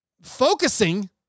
focusing